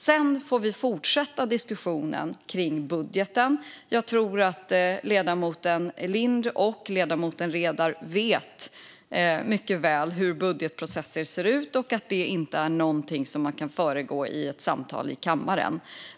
Sedan får vi fortsätta diskussionen om budgeten. Jag tror att ledamoten Lind och ledamoten Redar mycket väl vet hur budgetprocesser ser ut och att de inte kan föregås i ett samtal i kammaren.